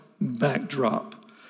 backdrop